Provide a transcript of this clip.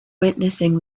witnessing